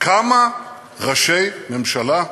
כמה ראשי ממשלה,